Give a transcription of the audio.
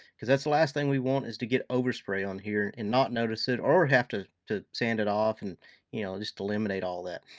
because that's the last thing we want is to get over-spray on here and not notice it, or have to to sand it off. and you know just eliminate all that.